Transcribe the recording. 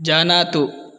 जानातु